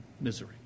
misery